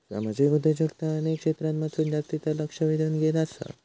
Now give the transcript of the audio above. सामाजिक उद्योजकता अनेक क्षेत्रांमधसून जास्तीचा लक्ष वेधून घेत आसा